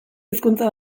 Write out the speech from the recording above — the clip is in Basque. hizkuntza